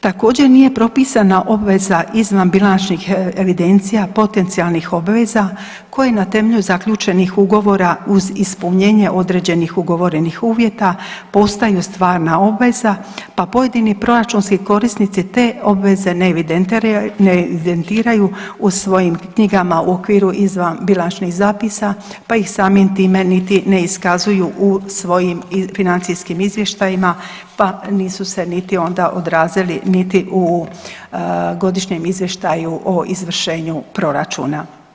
Također, nije propisana obveza izvanbilačnih evidencija potencijalnih obveza koji na temelju zaključenih ugovora uz ispunjenje određenih ugovorenih uvjeta postaju stvarna obveza pa pojedini proračunski korisnici te obveze ne evidentiraju u svojim knjiga u okviru izvanbilančnih zapisa pa ih samim time niti ne iskazuju u svojim financijskim izvještajima pa nisu se niti onda odrazili niti u godišnjem izvještaju o izvršenju proračuna.